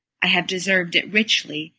i have deserved it richly,